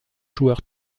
joueurs